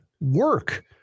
work